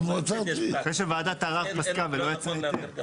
זה שוועדת ערר פסקה ולא יצא היתר.